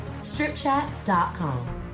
StripChat.com